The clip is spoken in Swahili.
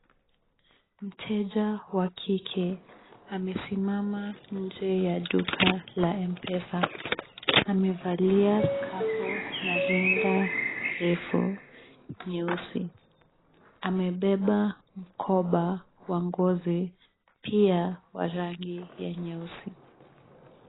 Mteja wa kike amesimama nje ya duka la mpesa. Amevalia scarf na linda refu nyeusi. Amebeba mkoba wa ngozi, pia wa rangi ya nyeusi.